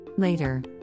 Later